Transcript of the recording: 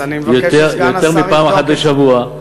יותר מפעם אחת בשבוע.